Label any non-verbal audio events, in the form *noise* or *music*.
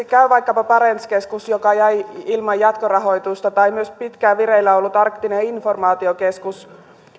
*unintelligible* käy vaikkapa barents keskus joka jäi ilman jatkorahoitusta ja myös pitkään vireillä ollut arktinen informaatiokeskus